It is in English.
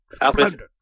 Alfred